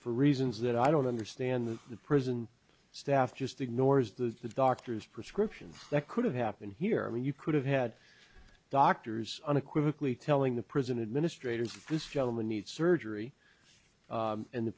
for reasons that i don't understand the prison staff just ignores the doctors prescriptions that could have happened here when you could have had doctors unequivocally telling the prison administrators this gentleman needs surgery and the